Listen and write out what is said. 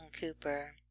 Cooper